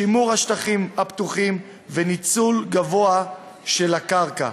שימור השטחים הפתוחים וניצול גבוה של הקרקע.